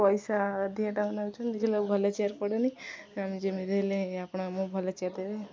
ପଇସା ଅଧିକ ଟଙ୍କା ନଉଛନ୍ତି ଦେଖିଲାବେଳକୁ ଭଲ ଚେୟାର ପଡ଼ୁନି ଆମେ ଯେମିତି ହେଲେ ଆପଣ ଆମକୁ ଭଲ ଚେୟାର ଦେବେ